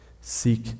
Seek